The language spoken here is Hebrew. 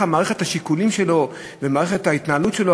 מערכת השיקולים שלו ומערכת ההתנהלות שלו,